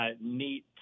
neat